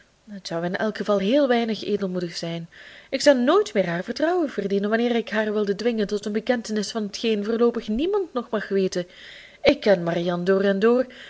zou in elk geval heel weinig edelmoedig zijn ik zou nooit meer haar vertrouwen verdienen wanneer ik haar wilde dwingen tot een bekentenis van t geen voorloopig niemand nog mag weten ik ken marianne door en door